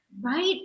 right